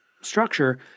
structure